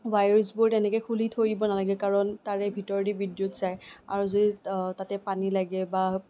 ৱায়াৰচবোৰ তেনেকে খুলি থৈ দিব নালাগে কাৰণ তাৰে ভিতৰেদি বিদ্যুত যায় আৰু যদি তাতে পানী লাগে বা